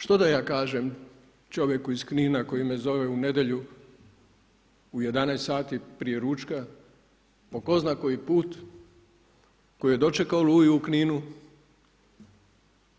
Što da ja kažem čovjeku iz Knina koji me zove u nedjelju u 11 sati prije ručka, po ko zna koji put, koji je dočekao Oluju u Kninu,